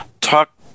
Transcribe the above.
Talk